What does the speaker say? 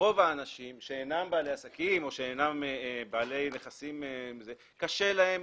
רוב האנשים שאינם בעלי עסקים או שאינם בעלי נכסים קשה להם,